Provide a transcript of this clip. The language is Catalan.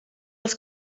els